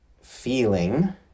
feeling